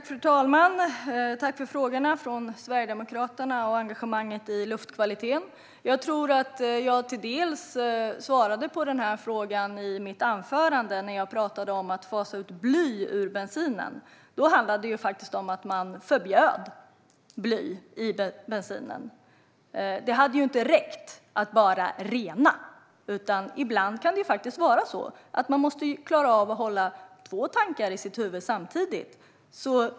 Fru talman! Tack för frågorna från Sverigedemokraterna och för engagemanget i luftkvaliteten! Jag tror att jag till dels svarade på den här frågan i mitt anförande när jag talade om att fasa ut bly ur bensin. Då förbjöd man bly i bensin. Det hade ju inte räckt att bara rena. Ibland måste kan klara av att hålla två tankar i sitt huvud samtidigt.